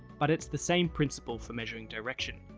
but it's the same principle for measuring direction.